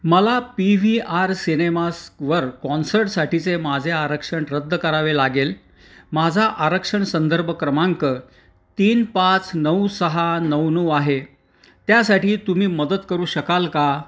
मला P V R सिनेमासवर कॉन्सर्टसाठीचे माझे आरक्षण रद्द करावे लागेल माझा आरक्षण संदर्भ क्रमांक तीन पाच नऊ सहा नऊ नऊ आहे त्यासाठी तुम्ही मदत करू शकाल का